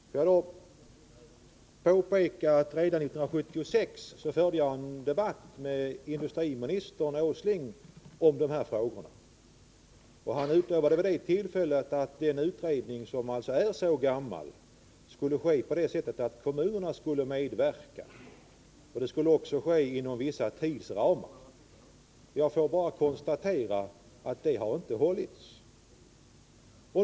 Får jag då påpeka att jag redan 1976 förde en debatt med industriminister Åsling om dessa frågor. Han lovade vid det tillfället att utredningen, som alltså är så gammal, skulle ske på det sättet att kommunerna skulle medverka. Utredningen skulle också arbeta inom vissa tidsramar. Jag kan nu bara konstatera att de löftena inte har hållits.